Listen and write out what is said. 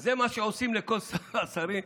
אז זה מה שעושים לכל השרים.